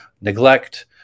neglect